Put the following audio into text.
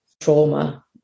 trauma